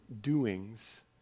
doings